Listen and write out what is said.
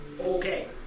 Okay